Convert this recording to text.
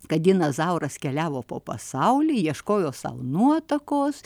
kad dinas zauras keliavo po pasaulį ieškojo sau nuotakos